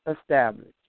established